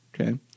Okay